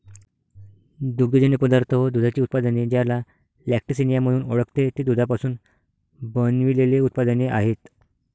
दुग्धजन्य पदार्थ व दुधाची उत्पादने, ज्याला लॅक्टिसिनिया म्हणून ओळखते, ते दुधापासून बनविलेले उत्पादने आहेत